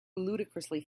ludicrously